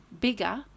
bigger